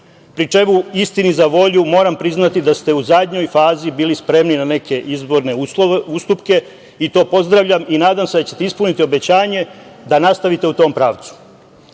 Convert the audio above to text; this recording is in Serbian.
pri čemu istini za volju moram priznati da ste u zadnjoj fazi bili spremni na neke izborne ustupke i to pozdravljam i nadam se da ćete ispuniti obećanje da nastavite u tom pravcu. Ono